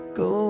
go